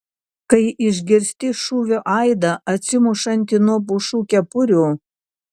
kai išgirsti savo šūvio aidą atsimušantį nuo pušų kepurių